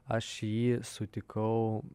aš jį sutikau